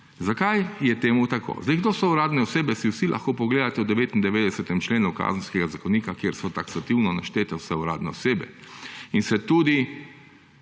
Zakaj je temu tako? Kdo so uradne osebe, si vsi lahko pogledate v 99. členu Kazenskega zakonika, kjer so taksativno naštete vse uradne osebe. Tudi